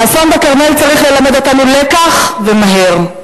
האסון בכרמל צריך ללמד אותנו לקח, ומהר.